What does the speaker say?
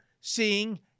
seeing